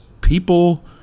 people –